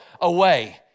away